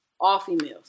All-females